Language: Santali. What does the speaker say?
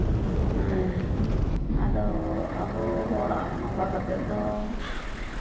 ᱦᱮᱸ ᱟᱫᱚ ᱟᱵᱚ ᱦᱚᱲᱟᱜ ᱱᱚᱝᱠᱟ ᱠᱟᱛᱮᱫ ᱫᱚ